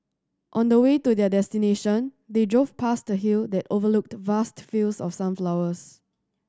on the way to their destination they drove past a hill that overlooked vast fields of sunflowers